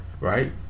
right